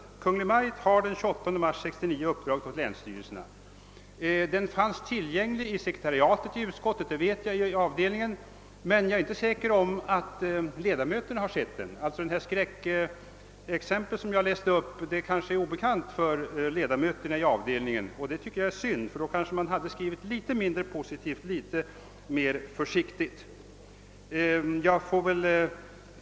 Skrivelsen finns också tillgänglig på utskottsavdelningens sekretariat, men jag är inte säker på att ledamöterna har sett den. Det skräckexempel som jag anförde är kanske därför obekant för ledamöterna i avdelningen, vilket jag tycker är synd. I annat fall hade kanske skrivningen blivit litet mindre positiv och litet mer försiktig.